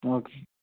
okay